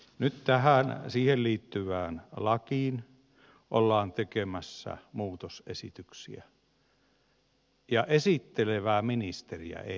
nyt siihen liittyvään lakiin ollaan tekemässä muutosesityksiä ja esittelevää ministeriä ei näy paikalla